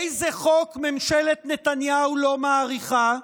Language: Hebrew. איזה חוק ממשלת נתניהו לא מאריכה?